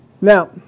Now